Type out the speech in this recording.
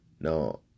No